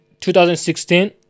2016